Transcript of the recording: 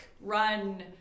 run